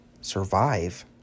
survive